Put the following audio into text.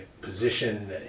position